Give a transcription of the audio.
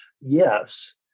Yes